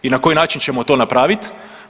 I na koji način ćemo to napraviti?